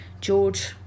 George